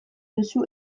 duzu